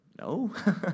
no